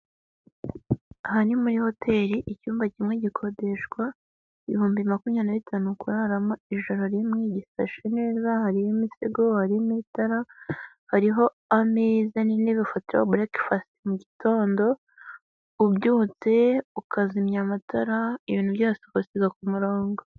Aha ni muri hoteli icyumba kimwe gikodeshwa ibihumbi makumyabiri na bitanu kuraramo ijoro rimwe, gisashe neza, hari imisego, harimo itara, hariho ameza n'intebe ufatiraho burekefasiti mu gitondo, iyo ubyutse ukazimya amatara, ibintu byose ukabisiga ku murongo.